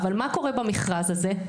אבל מה קורה במכרז הזה?